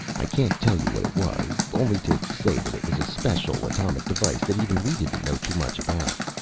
i can't tell you what it was, only to say that it was a special atomic device that even we didn't know too much about.